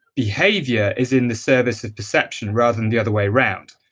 behavior is in the service of perception rather than the other way round.